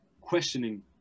questioning